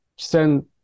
send